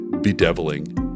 bedeviling